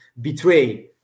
betray